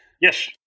Yes